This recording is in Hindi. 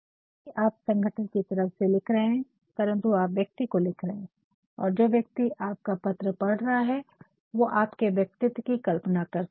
यदीपि आप संगठन की तरफ से लिख रहे है परन्तु आप व्यक्ति को लिख रहे है और जो व्यक्ति आपका पत्र पढ़ रहा है वो आपके व्यक्तित्व कि कल्पना कर सके